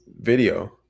video